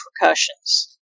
repercussions